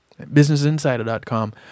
Businessinsider.com